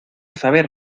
saber